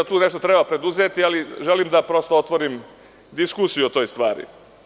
Tu nešto treba preduzeti, želim da otvorim diskusiju o toj stvari.